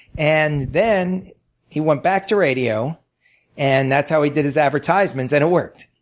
and then he went back to radio and that's how he did his advertisements and it worked.